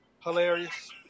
Hilarious